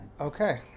Okay